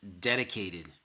dedicated